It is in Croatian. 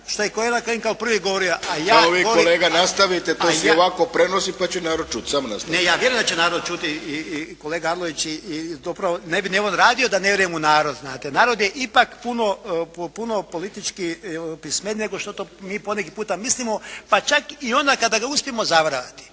govorio, a ja… **Arlović, Mato (SDP)** Samo vi kolega nastavite, to se i ovako prenosi pa će narod čuti. Samo nastavite. **Kramarić, Zlatko (HSLS)** Ne, ja vjerujem da će narod čuti. I kolega Arlović i upravo ne bi ovo radio da ne vjerujem u narod znate. Narod je ipak puno politički pismeniji nego što to mi poneki put mislimo, pa čak i onda kada ga uspijemo zavarati.